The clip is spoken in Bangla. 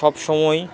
সবসময়ই